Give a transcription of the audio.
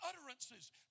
utterances